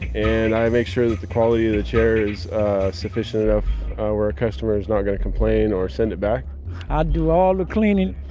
and i make sure that the quality of the chair is sufficient enough where a customer's not gonna complain or send it back i do all the cleaning,